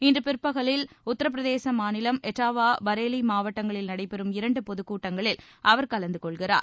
இன்று பிற்பகலில் உத்தர பிரதேசம் மாநிலம் எட்டா பரேலி மாவட்டங்களில் நடைபெறும் இரண்டு பொது கூட்டங்களில் அவர் கலந்து கொள்கிறார்